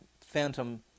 phantom